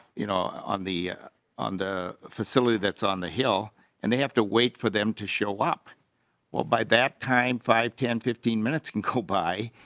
you know on the on the facility that's on the hill and they have to wait for them to show up well by that time five fifteen minutes can come by.